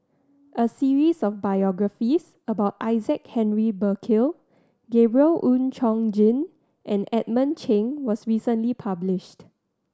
a series of biographies about Isaac Henry Burkill Gabriel Oon Chong Jin and Edmund Cheng was recently published